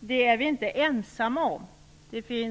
Det är vi inte ensamma om att tycka.